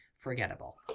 Forgettable